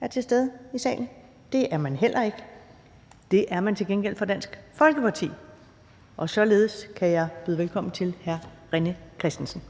er til stede i salen. Det er man heller ikke. Det er man til gengæld fra Dansk Folkeparti, og således kan jeg byde velkommen til hr. René Christensen.